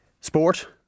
Sport